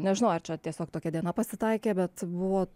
nežinau ar čia tiesiog tokia diena pasitaikė bet buvo